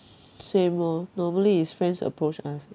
same orh normally is friends approach us